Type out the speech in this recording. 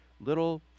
Little